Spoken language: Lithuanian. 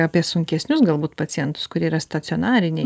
apie sunkesnius galbūt pacientus kurie yra stacionariniai